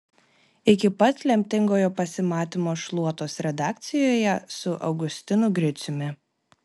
iki pat lemtingojo pasimatymo šluotos redakcijoje su augustinu griciumi